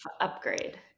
upgrade